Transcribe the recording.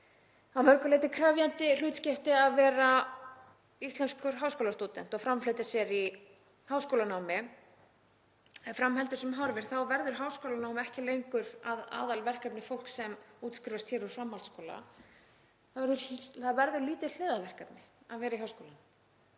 að mörgu leyti krefjandi hlutskipti að vera íslenskur háskólastúdent og framfleyta sér í háskólanámi. Ef fram heldur sem horfir þá verður háskólanám ekki lengur að aðalverkefni fólks sem útskrifast úr framhaldsskóla, það verður lítið hliðarverkefni að vera í háskóla